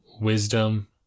wisdom